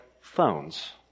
phones